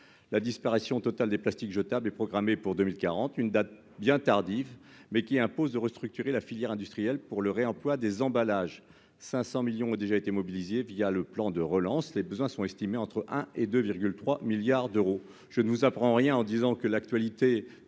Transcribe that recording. la disparition totale des plastiques jetables est programmée pour 2040, une date bien tardive mais qui impose de restructurer la filière industrielle pour le réemploi des emballages 500 millions ont déjà été mobilisés via le plan de relance, les besoins sont estimés entre 1 et 2 3 milliards d'euros, je ne vous apprends rien en disant que l'actualité